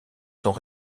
sont